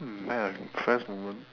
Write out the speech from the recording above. hmm I am impressed moment